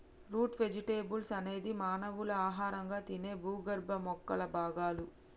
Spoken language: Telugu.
రూట్ వెజిటెబుల్స్ అనేది మానవులు ఆహారంగా తినే భూగర్భ మొక్కల భాగాలు